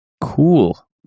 Cool